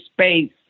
space